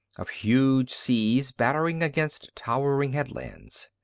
of huge seas battering against towering headlands.